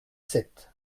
sept